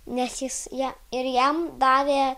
nes jis ją ir jam davė